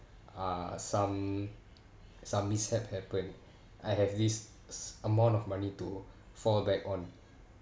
uh some some mishap happened I have this s~ amount of money to fall back on